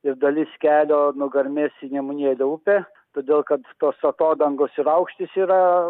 ir dalis kelio nugarmės į nemunėlio upę todėl kad tos atodangos ir aukštis yra